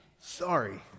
Sorry